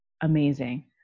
amazing